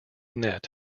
net